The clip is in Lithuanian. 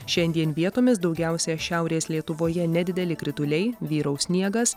šiandien vietomis daugiausiai šiaurės lietuvoje nedideli krituliai vyraus sniegas